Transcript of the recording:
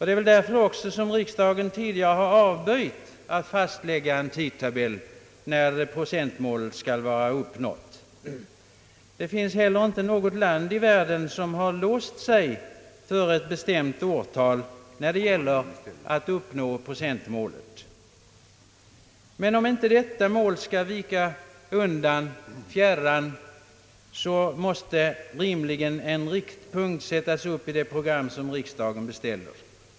Det är väl därför som riksdagen tidigare avböjt att fastlägga en tidtabell när 1-procentmålet skall vara uppnått. Inget land i världen har heller låst sig för ett bestämt årtal när det gäller att uppnå 1-procentmålet. Men om inte detta mål skall vika undan i fjärran måste rimligen en riktpunkt sättas upp i det program riksdagen beställer.